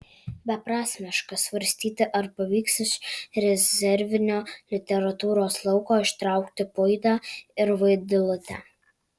beprasmiška svarstyti ar pavyks iš rezervinio literatūros lauko ištraukti puidą ir vaidilutę